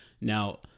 Now